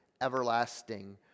everlasting